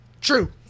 true